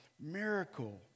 miracle